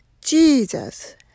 Jesus